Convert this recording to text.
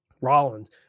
Rollins